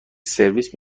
سرویس